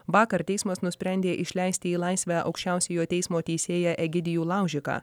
vakar teismas nusprendė išleisti į laisvę aukščiausiojo teismo teisėją egidijų laužiką